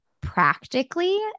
practically